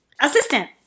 assistant